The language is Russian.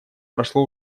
прошло